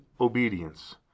obedience